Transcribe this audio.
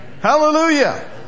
Hallelujah